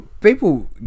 people